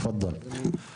תפדל.